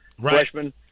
Freshman